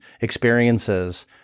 experiences